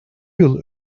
yıl